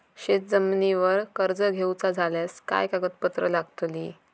शेत जमिनीवर कर्ज घेऊचा झाल्यास काय कागदपत्र लागतली?